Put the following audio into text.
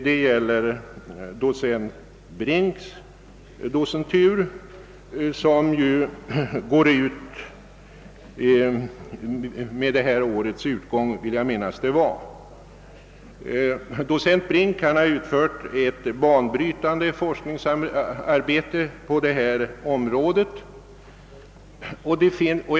Det gäller docent Brinks docentur, som går ut vid detta års slut, vill jag minnas. Docent Brink har utfört ett banbry tande forskningsarbete inom vattenvår den.